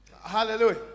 Hallelujah